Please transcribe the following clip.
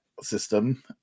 system